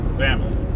family